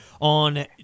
on